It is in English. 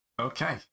Okay